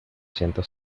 siento